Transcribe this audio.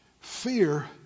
fear